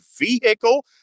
vehicle